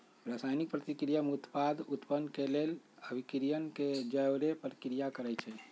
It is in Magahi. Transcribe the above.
रसायनिक प्रतिक्रिया में उत्पाद उत्पन्न केलेल अभिक्रमक के जओरे प्रतिक्रिया करै छै